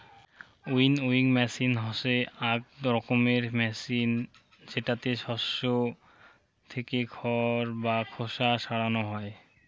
winnowing machine হসে আক রকমের মেচিন জেতাতে শস্য থেকে খড় বা খোসা সরানো হই